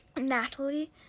Natalie